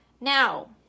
Now